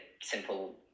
simple